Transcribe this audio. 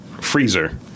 freezer